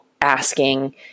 asking